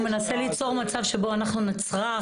הוא מנסה ליצור מצב שבו אנחנו נצרח,